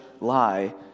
lie